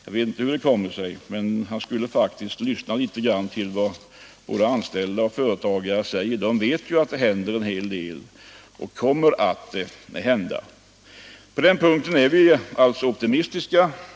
Han borde faktiskt lyssna till vad både anställda och företagare har att säga I de här frågorna. Nr 130 Trots allt är vi optimister.